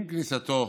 עם כניסתו